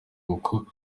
kuko